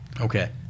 Okay